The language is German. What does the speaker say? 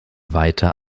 weiter